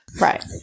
Right